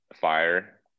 fire